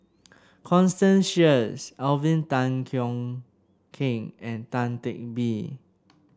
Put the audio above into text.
Constance Sheares Alvin Tan Cheong Kheng and Tan Teck Bee